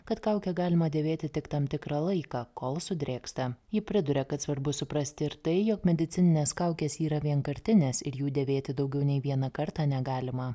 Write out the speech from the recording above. kad kaukę galima dėvėti tik tam tikrą laiką kol sudrėksta ji priduria kad svarbu suprasti ir tai jog medicininės kaukės yra vienkartinės ir jų dėvėti daugiau nei vieną kartą negalima